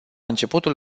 începutul